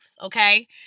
Okay